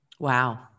Wow